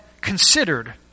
considered